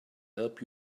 help